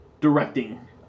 directing